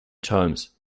times